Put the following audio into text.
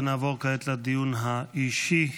נעבור כעת לדיון האישי.